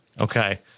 Okay